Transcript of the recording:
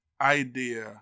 Idea